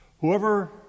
Whoever